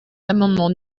l’amendement